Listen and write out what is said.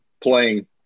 playing